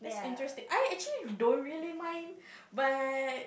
that's interesting I actually don't really mind but